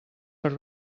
per